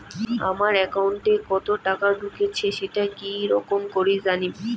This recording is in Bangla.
আমার একাউন্টে কতো টাকা ঢুকেছে সেটা কি রকম করি জানিম?